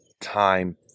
Time